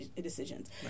decisions